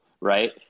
Right